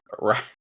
Right